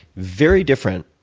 very different,